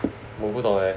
我不懂 ah